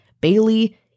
Bailey